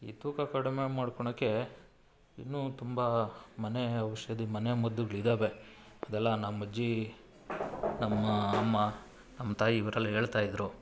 ಈ ತೂಕ ಕಡಿಮೆ ಮಾಡ್ಕೊಳಕೆ ಇನ್ನೂ ತುಂಬ ಮನೆ ಔಷಧಿ ಮನೆಮದ್ದುಗಳಿದಾವೆ ಅದೆಲ್ಲ ನಮ್ಮಅಜ್ಜಿ ನಮ್ಮ ಅಮ್ಮ ನಮ್ಮ ತಾಯಿ ಇವರೆಲ್ಲ ಹೇಳ್ತಾಯಿದ್ರು